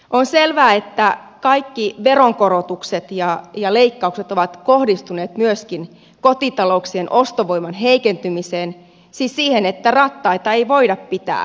on selvää että kaikki veronkorotukset ja leikkaukset ovat kohdistuneet myöskin kotitalouksien ostovoiman heikentymiseen siis siihen että rattaita ei voida pitää pyörimässä